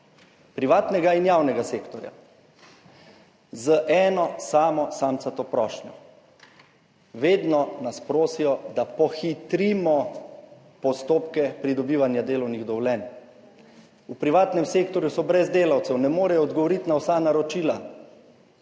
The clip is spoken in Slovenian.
privatnega in javnega sektorja, z eno samo samcato prošnjo; vedno nas prosijo, da pohitrimo postopke pridobivanja delovnih dovoljenj. V privatnem sektorju so brez delavcev, ne morejo odgovoriti na vsa naročila,